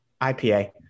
ipa